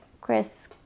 Chris